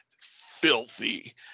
filthy